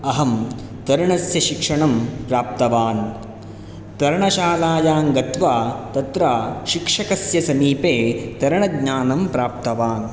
अहं तरणस्य शिक्षणं प्राप्तवान् तरणशालायां गत्वा तत्र शिक्षकस्य समीपे तरणज्ञानं प्राप्तवान्